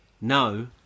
No